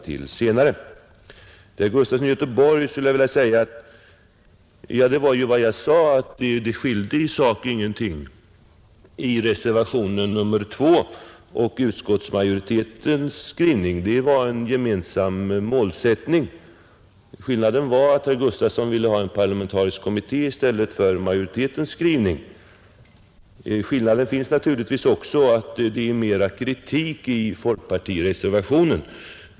Till herr Gustafson i Göteborg vill jag säga att jag ju också framhöll att det i sak inte skiljer någonting mellan reservationen 2 och utskottsmajoritetens skrivning. Det är fråga om en gemensam målsättning. Skillnaden var främst att herr Gustafson ville ha en parlamentarisk kommitté i stället för vad som föreslås i majoritetens skrivning. En annan skillnad är naturligtvis också att det finns mer av kritik i folkpartireservationen.